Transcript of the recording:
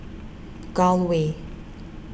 Gul Way